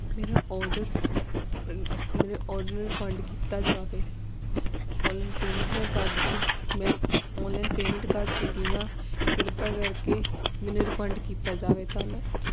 ਮੇਰਾ ਆਰਡਰ ਮੇਰਾ order refund ਕੀਤਾ ਜਾਵੇ ਔਨਲਾਈਨ ਪੇਮੈਂਟ ਮੈਂ ਕਰ ਦਿੱਤੀ ਮੈਂ ਔਨਲਾਈਨ ਪੇਮੈਂਟ ਕਰ ਚੁੱਕੀ ਹਾਂ ਕਿਰਪਾ ਕਰਕੇ ਮੈਨੂੰ ਰਿਫੰਡ ਕੀਤਾ ਜਾਵੇ ਧੰਨਵਾਦ